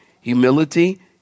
humility